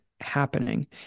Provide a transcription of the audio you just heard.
happening